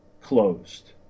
closed